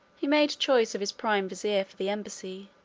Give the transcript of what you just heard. he made choice of his prime vizier for the embassy,